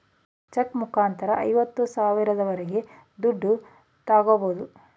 check ಮುಖಾಂತರ ಐವತ್ತು ಸಾವಿರದವರೆಗೆ ದುಡ್ಡು ತಾಗೋಬೋದು